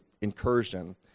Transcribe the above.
incursion